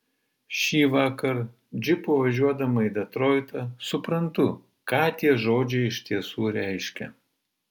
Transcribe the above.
šįvakar džipu važiuodama į detroitą suprantu ką tie žodžiai iš tiesų reiškia